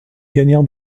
gagnants